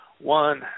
One